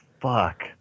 fuck